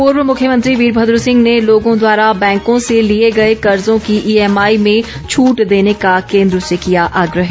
पूर्व मुख्यमंत्री वीरभद्र सिंह ने लोगों द्वारा बैंकों से लिए गए कर्जों की ईएमआई में छूट देने का केन्द्र से किया आग्र ह